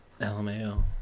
LMAO